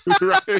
right